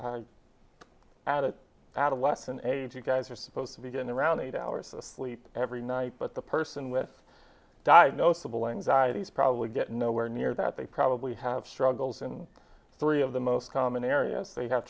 that adolescent age you guys are supposed to be going around eight hours of sleep every night but the person with diagnosable anxieties probably get nowhere near that they probably have struggles and three of the most common areas they have